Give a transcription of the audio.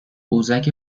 قوزک